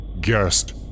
guest